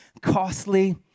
costly